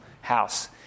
house